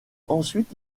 ensuite